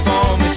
forme